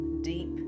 deep